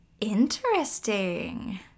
Interesting